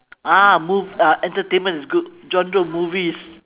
ah mov~ uh entertainment is good genre of movies